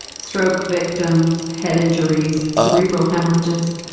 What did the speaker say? stroke victims, head injuries, cerebral haemorrhages,